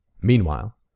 Meanwhile